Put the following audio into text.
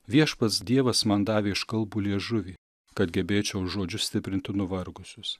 viešpats dievas man davė iškalbų liežuvį kad gebėčiau žodžiu stiprinti nuvargusius